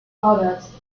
others